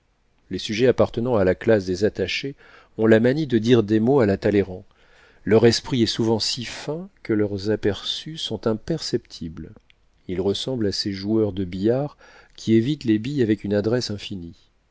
les sujets appartenant à la classe des attachés ont la manie de dire des mots à la talleyrand leur esprit est souvent si fin que leurs aperçus sont imperceptibles ils ressemblent à ces joueurs de billard qui évitent les billes avec une adresse infinie